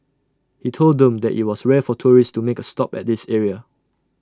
he told them that IT was rare for tourists to make A stop at this area